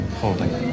holding